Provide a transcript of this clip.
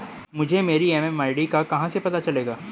मुझे मेरी एम.एम.आई.डी का कहाँ से पता चलेगा?